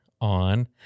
on